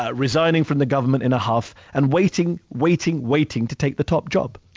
ah resigning from the government in a huff, and waiting, waiting, waiting to take the top job.